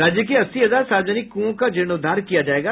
राज्य के अस्सी हजार सार्वजनिक कुओं का जीर्णोद्धार किया जायेगा